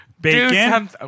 Bacon